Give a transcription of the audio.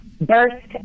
burst